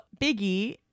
Biggie